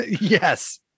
yes